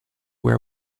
where